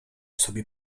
sobie